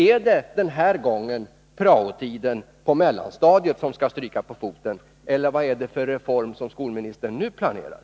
Är det den här gången prao-tiden på mellanstadiet som skall stryka på foten, eller vad är det för reform som skolministern nu planerar?